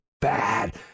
bad